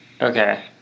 Okay